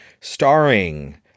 starring